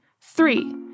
three